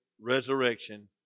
resurrection